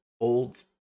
old